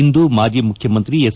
ಇಂದು ಮಾಜಿ ಮುಖ್ಚಮಂತ್ರಿ ಎಸ್